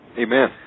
Amen